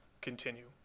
continue